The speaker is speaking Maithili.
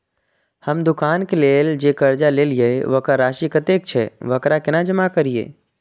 हम दुकान के लेल जे कर्जा लेलिए वकर राशि कतेक छे वकरा केना जमा करिए?